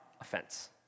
offense